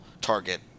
target